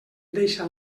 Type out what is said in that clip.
deixa